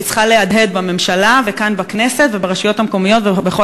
והיא צריכה להדהד בממשלה וכאן בכנסת וברשויות המקומיות ואצל כל